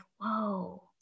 whoa